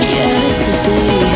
yesterday